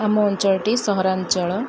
ଆମ ଅଞ୍ଚଳଟି ସହରାଞ୍ଚଳ